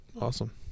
Awesome